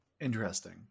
Interesting